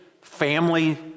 family